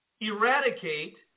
eradicate